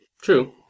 True